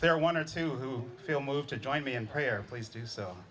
are one or two who feel moved to join me in prayer please do so